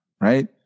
right